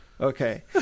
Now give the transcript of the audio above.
Okay